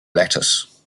lattice